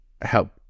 help